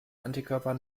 antikörper